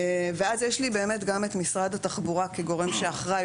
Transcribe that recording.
יש גם את משרד התחבורה כגורם שאחראי,